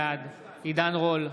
בעד עידן רול,